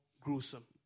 gruesome